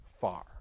far